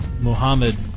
Muhammad